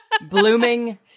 Blooming